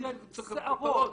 שערות.